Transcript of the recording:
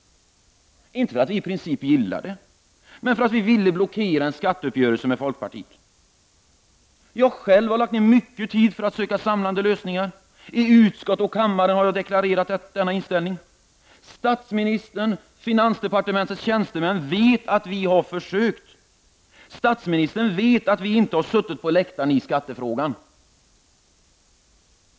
Detta gjorde vi inte för att vi i princip gillade detta, utan för att vi ville blockera en skatteuppgörelse med folkpartiet. Jag har själv lagt ned mycket tid på att söka samlande lösningar. I utskott och i kammaren har jag deklarerat denna inställning. Statsministern och finansdepartementets tjänstemän vet att vi i vänsterpartiet har försökt. Statsministern vet att vi inte har suttit på läktaren i skattefrågan.